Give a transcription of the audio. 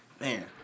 man